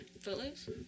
Footloose